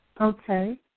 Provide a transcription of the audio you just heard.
Okay